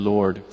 Lord